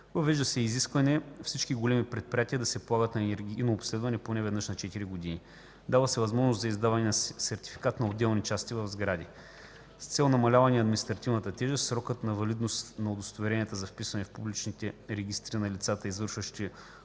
Въвежда се и изискване всички големи предприятия да се подлагат на енергийно обследване поне веднъж на четири години. Дава се възможност за издаване на сертификат на отделни части в сгради. С цел намаляване на административната тежест, срокът на валидност на удостоверенията за вписване в публичните регистри на лицата, извършващи